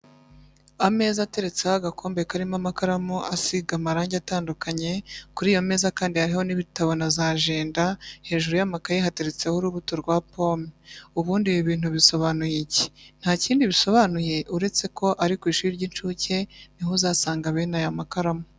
Ameza ateretseho agakombe karimo amakaramu asiga amarangi atandukanye, kuri iyo meza kandi hariho n'ibitabo na za ajenda, hejuru y'amakayi hateretseho urubuto rwa pome. Ubundi ibi bintu bisobanuye iki? Ntakindi bisobanuye uretse ko ari ku ishuri ry'incuke niho uzasanga bene aya makaramu.